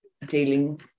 dealing